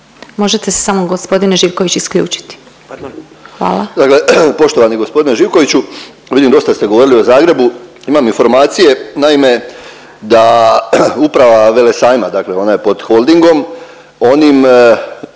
Možete se samo gospodine Živković isključiti, hvala. **Ledenko, Ivica (MOST)** Dakle, poštovani gospodine Živkoviću vidim dosta ste govorili o Zagrebu. Imam informacije, naime da uprava Velesajma, dakle ona je pod Holdingom onim